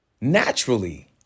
naturally